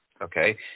Okay